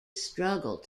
struggled